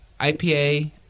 IPA